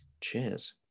Cheers